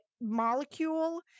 molecule